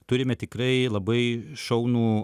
turime tikrai labai šaunų